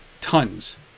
tons